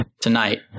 tonight